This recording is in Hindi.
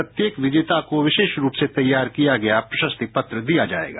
प्रत्येक विजेता को विशेष रूप से तैयार किया गया प्रशस्ति पत्र दिया जाएगा